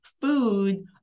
food